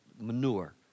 manure